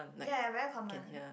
ya ya very common